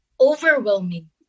overwhelming